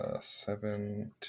seven